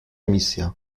misja